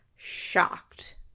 shocked